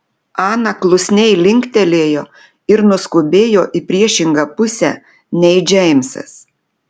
ana klusniai linktelėjo ir nuskubėjo į priešingą pusę nei džeimsas